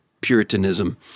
Puritanism